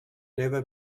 never